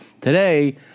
today